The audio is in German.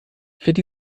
fährt